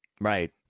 Right